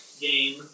game